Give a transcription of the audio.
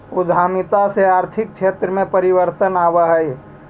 उद्यमिता से आर्थिक क्षेत्र में परिवर्तन आवऽ हई